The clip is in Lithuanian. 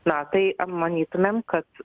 na tai manytumėm kad